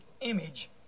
image